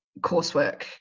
coursework